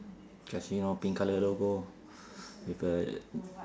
casino pink colour logo with a